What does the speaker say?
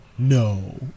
No